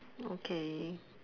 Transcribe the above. okay